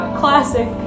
classic